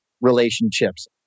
relationships